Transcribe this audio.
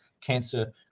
cancer